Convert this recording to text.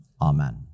Amen